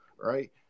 Right